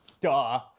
Duh